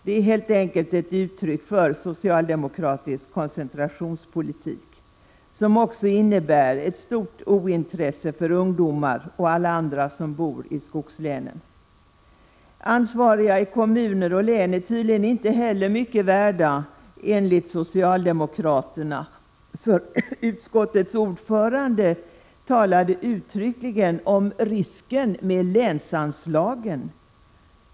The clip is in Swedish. Det är helt enkelt ett uttryck för socialdemokratisk koncentrationspolitik, som också innebär ett stort ointresse för ungdomar och alla andra som bor i skogslänen. Ansvariga i kommuner och län är tydligen inte heller mycket värda enligt socialdemokraterna, för utskottets ordförande talade uttryckligen om risken med länsanslagen.